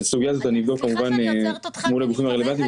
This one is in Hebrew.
את הסוגייה הזאת אני אבדוק כמובן מול הגופים הרלוונטיים,